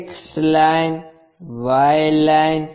X line Y line